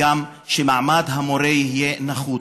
גם שמעמד המורה יהיה נחות.